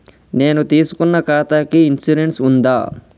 నేను తీసుకున్న ఖాతాకి ఇన్సూరెన్స్ ఉందా?